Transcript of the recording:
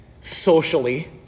socially